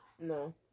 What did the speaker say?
No